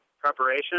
preparation